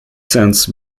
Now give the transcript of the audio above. sense